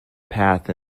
path